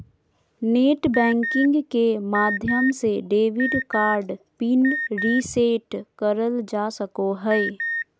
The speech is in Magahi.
नेट बैंकिंग के माध्यम से डेबिट कार्ड पिन रीसेट करल जा सको हय